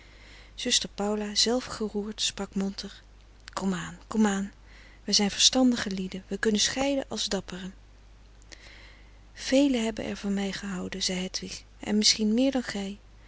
zuster paula zelf geroerd sprak monter kom aan kom aan wij zijn verstandige lieden wij kunnen scheiden als dapperen velen hebben er van mij gehouden zei hedwig en misschien meer dan gij